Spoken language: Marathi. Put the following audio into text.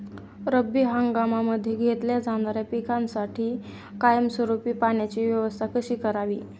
रब्बी हंगामामध्ये घेतल्या जाणाऱ्या पिकांसाठी कायमस्वरूपी पाण्याची व्यवस्था कशी करावी?